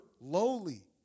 lowly